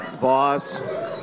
Boss